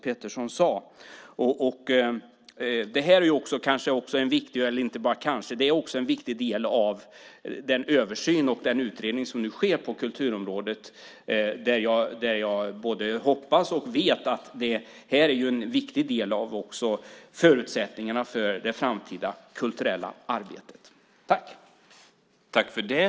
Detta är också en viktig del av den översyn och den utredning som nu sker på kulturområdet, och detta är en viktig del av förutsättningarna för det framtida kulturella arbetet.